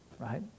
Right